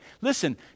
Listen